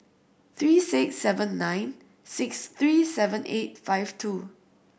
three six seven nine six three seven eight five two